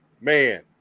Man